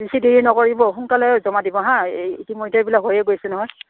বেছি দেৰি নকৰিব সোনকালে জমা দিব হাঁ এই ইতিমধ্যে এইবিলাক হৈয়ে গৈছে নহয়